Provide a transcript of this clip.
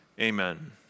Amen